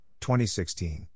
2016